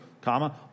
Comma